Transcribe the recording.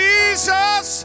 Jesus